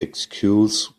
excuse